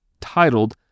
titled